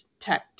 tech